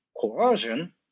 coercion